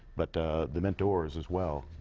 but the mentors as well.